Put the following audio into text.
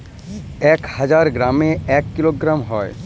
এক হাজার গ্রামে এক কিলোগ্রাম হয়